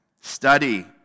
Study